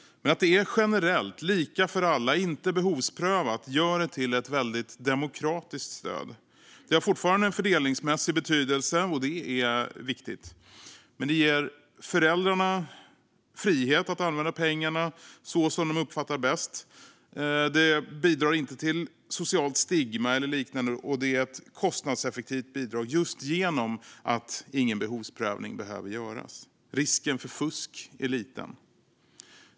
Att det är generellt, lika för alla och inte behovsprövat gör det till ett väldigt demokratiskt stöd. Det har fortfarande en fördelningsmässig betydelse, och det är viktigt. Men det ger föräldrarna frihet att använda pengarna så som de uppfattar bäst. Det bidrar inte till socialt stigma eller liknande, och det är ett kostnadseffektivt bidrag, just genom att ingen behovsprövning behöver göras. Risken för fusk är liten.